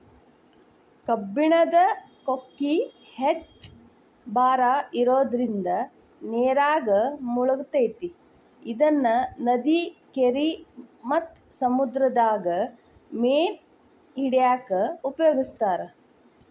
ಕಬ್ಬಣದ ಕೊಕ್ಕಿ ಹೆಚ್ಚ್ ಭಾರ ಇರೋದ್ರಿಂದ ನೇರಾಗ ಮುಳಗತೆತಿ ಇದನ್ನ ನದಿ, ಕೆರಿ ಮತ್ತ ಸಮುದ್ರದಾಗ ಮೇನ ಹಿಡ್ಯಾಕ ಉಪಯೋಗಿಸ್ತಾರ